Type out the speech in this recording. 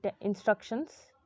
instructions